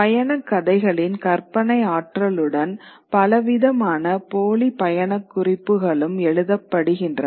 பயணக் கதைகளின் கற்பனை ஆற்றலுடன் பலவிதமான போலி பயணக் குறிப்புகளும் எழுதப்படுகின்றன